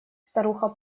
старуха